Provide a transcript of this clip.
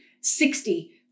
sixty